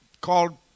called